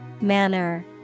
Manner